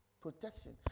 protection